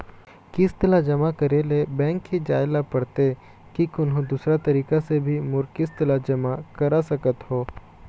किस्त ला जमा करे ले बैंक ही जाए ला पड़ते कि कोन्हो दूसरा तरीका से भी मोर किस्त ला जमा करा सकत हो?